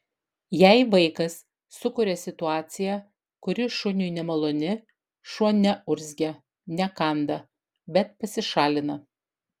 jei vaikas sukuria situaciją kuri šuniui nemaloni šuo neurzgia nekanda bet pasišalina